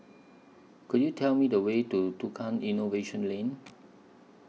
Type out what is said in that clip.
Could YOU Tell Me The Way to Tukang Innovation Lane